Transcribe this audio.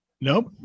Nope